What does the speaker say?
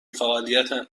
فعالیت